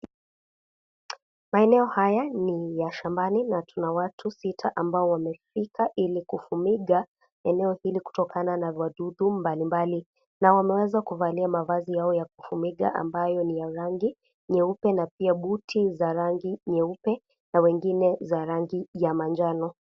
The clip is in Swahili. Maeneo haya ni ya shambani na kuna watu sita ,ambao wamefika ili kufumiga eneo hili kutokana na wadudu mbalimbali. Na wameeza kuvalia mavazi yao kutumiga, ambayo ni ya rangi nyeupe na pia buti za rangi nyeupe na wengine za rangi ya manjano.